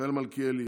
מיכאל מלכיאלי,